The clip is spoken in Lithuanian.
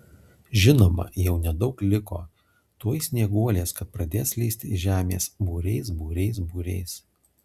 žinoma jau nedaug liko tuoj snieguolės kad pradės lįsti iš žemės būriais būriais būriais